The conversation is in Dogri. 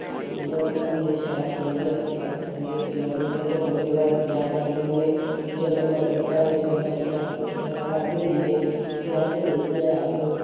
पूड़ियां बनान्ने शैल करियै फ्ही अस खन्ने फ्ही अस जिसलै चंद्रमें दा इंतज़ार करदे रौह्न्नें फ्ही चंद्रमां चढ़दा जिस बेल्लै फ्ही अस उत्थैं अर्ग दिन्ने फ्ही अर्ग देइयै अस